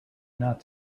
not